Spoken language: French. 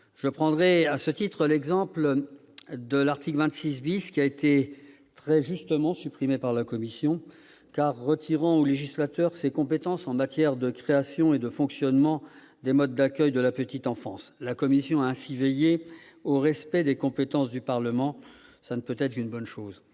Je prendrai, à ce titre, l'exemple de l'article 26, qui a été très justement supprimé par la commission, car il retirait au législateur ses compétences en matière de création et de fonctionnement des modes d'accueil de la petite enfance. La commission a, ainsi, veillé au respect des compétences du Parlement. Ce ne peut être qu'une bonne chose